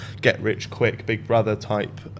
get-rich-quick-big-brother-type